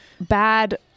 bad